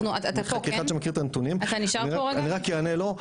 כאחד שמכיר את הנתונים אני רק יענה לו,